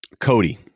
Cody